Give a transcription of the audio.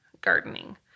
gardening